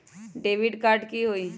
Debit card की होई?